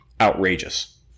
outrageous